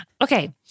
Okay